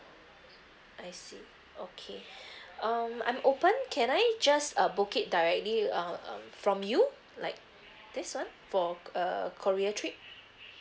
I see okay um I'm open can I just uh book it directly uh um from you like this one for err korea trip